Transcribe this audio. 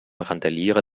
randalierer